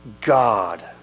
God